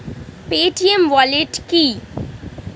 Paytm wallet কি?